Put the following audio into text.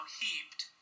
heaped